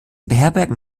beherbergen